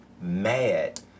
mad